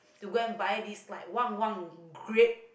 to go and buy this like Wang-Wang grab